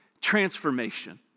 transformation